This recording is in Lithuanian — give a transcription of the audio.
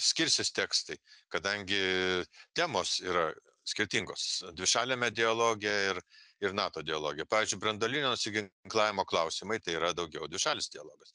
skirsis tekstai kadangi temos yra skirtingos dvišaliame dialoge ir ir nato dialoge pavyzdžiui branduolinio nusiginklavimo klausimai tai yra daugiau dvišalis dialogas